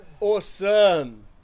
Awesome